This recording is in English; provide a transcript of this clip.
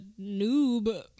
noob